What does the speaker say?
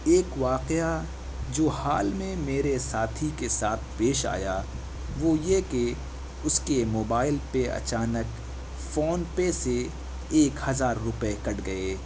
ایک واقعہ جو حال میں میرے ساتھی کے ساتھ پیش آیا وہ یہ کہ اس کے موبائل پہ اچانک فون پے سے ایک ہزار روپئے کٹ گئے